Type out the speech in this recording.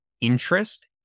interest